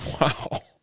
Wow